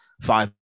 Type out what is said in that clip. five